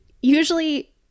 usually